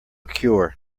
cure